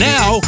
Now